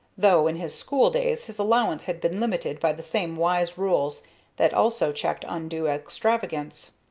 though in his school-days his allowance had been limited by the same wise rules that also checked undue extravagance.